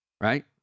right